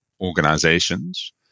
organizations